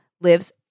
lives